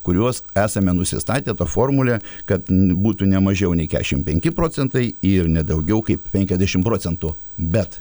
kuriuos esame nusistatę ta formulė kad būtų nemažiau nei kešim penki procentai ir ne daugiau kaip penkiasdešim procentų bet